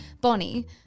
Bonnie